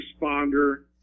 responder